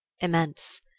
immense